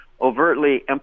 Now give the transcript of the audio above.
overtly